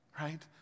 Right